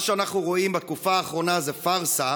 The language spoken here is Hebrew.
מה שאנחנו רואים בתקופה האחרונה זאת פארסה,